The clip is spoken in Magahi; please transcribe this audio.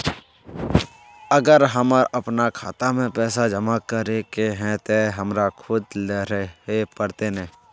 अगर हमर अपना खाता में पैसा जमा करे के है ते हमरा खुद रहे पड़ते ने?